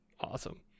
awesome